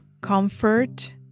comfort